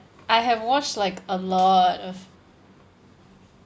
I have watched like a lot of